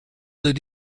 did